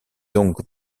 donc